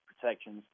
protections